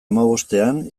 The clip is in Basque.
hamabostean